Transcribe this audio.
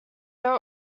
there